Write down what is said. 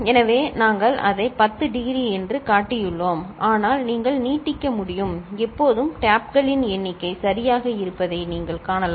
எனவே நாங்கள் அதை 10 டிகிரி என்று காட்டியுள்ளோம் ஆனால் நீங்கள் நீட்டிக்க முடியும் எப்போதும் டேப்களின் எண்ணிக்கை சமமாக இருப்பதை நீங்கள் காணலாம்